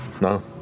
No